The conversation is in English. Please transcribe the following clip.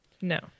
No